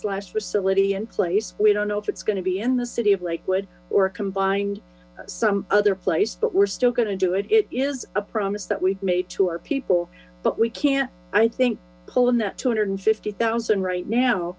slash facility in place we don't know if it's going to be in the city of lakewood or combined some other place but we're still going to do it it is a promise that we've made to our people but we can't i think pulling two hundred and fifty thousand right now